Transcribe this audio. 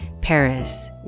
Paris